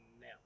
now